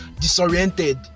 disoriented